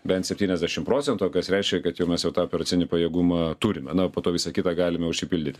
bent septyniasdešimt procentų kas reiškia kad jau mes jau tą operacinį pajėgumą turime na ir po to visą kitą galime užpildyti